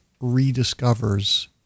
rediscovers